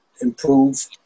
improve